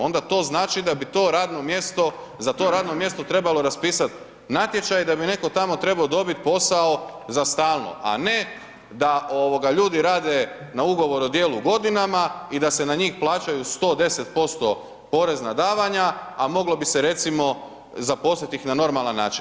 Onda to znači, da bi to radno mjesto, za to radno mjesto trebalo raspisati natječaj, da bi netko tamo trebao dobiti posao za stalno, a ne da ljudi rade na ugovor o dijelu godinama i da se na njih plaćaju 110% porezna davanja, a moglo bi se recimo zaposliti ih na normalan način.